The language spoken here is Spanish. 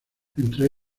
entre